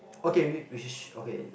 okay we which is okay